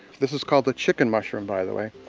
this is called the chicken mushroom, by the way.